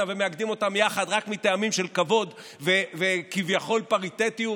ומאגדים אותם יחד רק מטעמים של כבוד וכביכול פריטטיות,